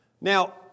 Now